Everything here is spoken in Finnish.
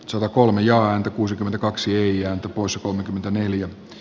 satakolme ja anti kuusikymmentäkaksi ja osa kolmekymmentäneljä